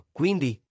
quindi